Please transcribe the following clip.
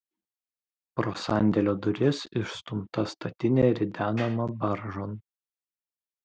pro sandėlio duris išstumta statinė ridenama baržon